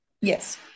yes